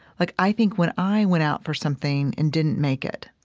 like i think when i went out for something and didn't make it,